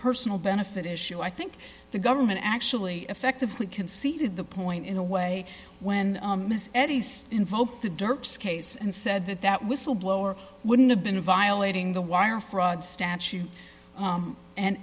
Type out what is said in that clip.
personal benefit issue i think the government actually effectively conceded the point in a way when eddy's invoked the dirt's case and said that that whistleblower wouldn't have been violating the wire fraud statute